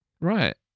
Right